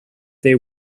they